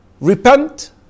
repent